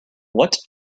what